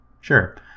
Sure